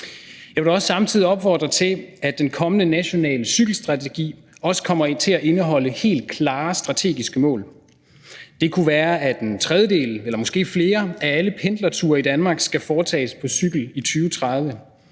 Jeg vil samtidig opfordre til, at den kommende nationale cykelstrategi også kommer til at indeholde helt klare strategiske mål. Det kunne være, at en tredjedel eller måske flere af alle pendlerture i Danmark skal foretages på cykel i 2030.